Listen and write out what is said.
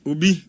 Ubi